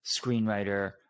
screenwriter